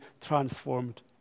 transformed